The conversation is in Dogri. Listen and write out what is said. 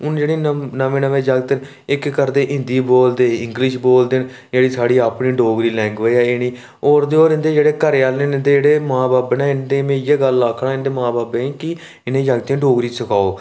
हून जेह्ड़े नमें नमें जागत् न इक्क करदे हिंदी बोलदे इंग्लिश बोलदे न जेह्ड़ी साढ़ी डोगरी अपनी लैंग्वेज़ ऐ एह् इ'नेंगी होर दे होर इंदे जेह्ड़े घरै आह्ले न इंदे जेह्ड़े मां बब्ब न इंदे में इ' यै गल्ल आक्खना चाहंदा इं'दे मां बब्बें गी की 'जगतें गी डोगरी सखाओ